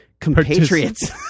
compatriots